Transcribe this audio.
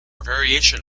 variation